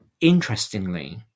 interestingly